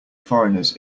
foreigners